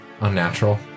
unnatural